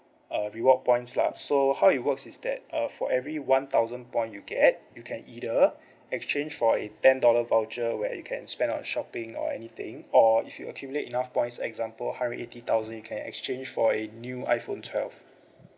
uh reward points lah so how it works is that uh for every one thousand point you get you can either exchange for a ten dollar voucher where you can spend on shopping or anything or if you accumulate enough points example hundred eighty thousand you can exchange for a new iphone twelve